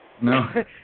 No